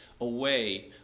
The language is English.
away